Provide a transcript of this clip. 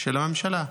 של הממשלה.